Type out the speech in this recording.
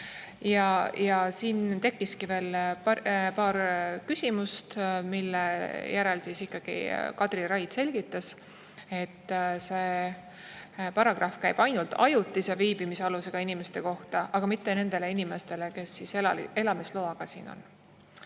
tekkis veel paar küsimust, mille järel ikkagi Kadri Raid selgitas, et see paragrahv käib ainult ajutise viibimisalusega inimeste kohta, aga mitte nende inimeste kohta, kes siin elamisloaga on.